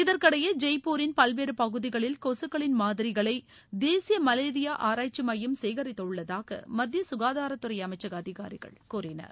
இதற்கிஎடயே ஜெய்ப்பூரின் பல்வேறு பகுதிகளில் கொசுக்களின் மாதிரிகளை தேசிய மலேரியா ஆராய்ச்சி மையம் சேகரித்துள்ளதாக மத்திய சுகாதாரத்துறை அமைச்சக அதிகாரிகள் கூறினர்